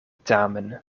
tamen